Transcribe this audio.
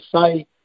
say